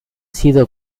sido